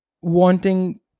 Wanting